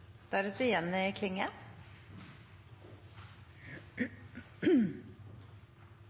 og Jenny Klinge